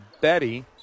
Betty